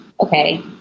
okay